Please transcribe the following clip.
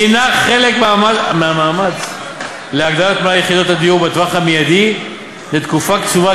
היא חלק מהמאמץ להגדלת מלאי יחידות הדיור בטווח המיידי לתקופה קצובה,